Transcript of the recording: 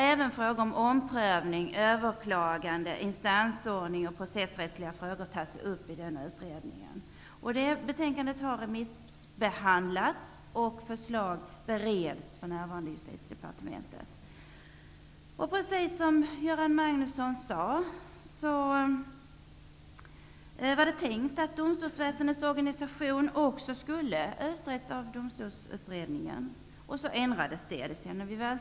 Även frågor om omprövning, överklagande, instansordning och processrättsliga frågor tas upp i utredningen. Betänkandet har remissbehandlats, och förslag bereds för närvarande i Justitiedepartementet. Precis som Göran Magnusson sade var det tänkt att frågan om domstolsväsendets organisation också skulle utredas av Domstolsutredningen. Det ändrades, det känner vi till.